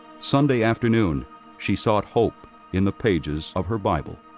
sunday afternoon she sought hope in the pages of her bible.